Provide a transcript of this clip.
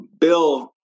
Bill